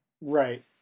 Right